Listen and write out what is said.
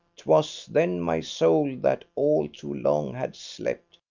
twas then my soul that all too long had slept,